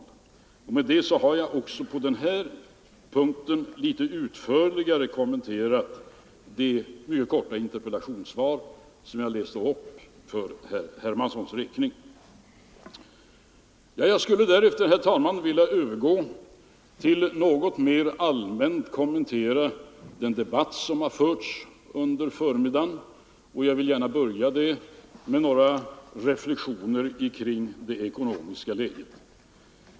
Med det har jag också på den här punkten litet utförligare kommenterat det korta interpellationssvar som jag läste upp för herr Hermanssons räkning. Jag skulle därefter, herr talman, vilja övergå till att mera allmänt kom mentera den debatt som har förts under förmiddagen, och jag vill gärna börja med några reflexioner kring det ekonomiska läget.